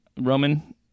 Roman